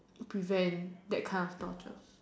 prevent that kind of thoughts lah